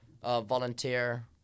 volunteer